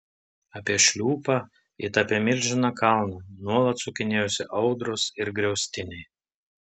apie šliūpą it apie milžiną kalną nuolat sukinėjosi audros ir griaustiniai